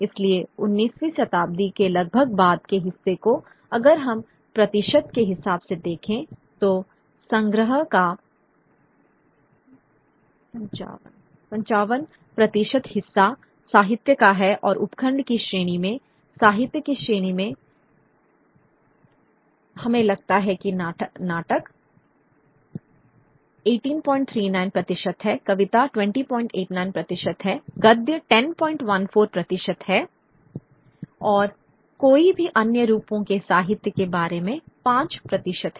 इसलिए 19वीं शताब्दी के लगभग बाद के हिस्से को अगर हम प्रतिशत के हिसाब से देखें तो संग्रह का 55 प्रतिशत हिस्सा साहित्य का है और उपखंड की श्रेणी में साहित्य की श्रेणी में हमें लगता है कि नाटक 1839 प्रतिशत है कविता 2089 प्रतिशत है गद्य 1014 प्रतिशत है और कोई भी अन्य रूपों के साहित्य के बारे में 5 प्रतिशत है